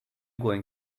going